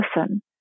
listen